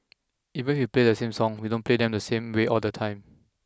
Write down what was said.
even if we play the same songs we don't play them the same way all the time